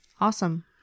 Awesome